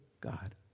God